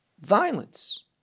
violence